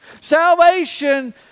Salvation